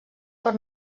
per